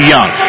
Young